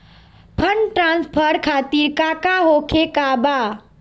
Fund transfer खातिर काका होखे का बा?